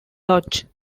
lodge